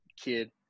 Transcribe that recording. kid